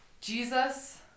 Jesus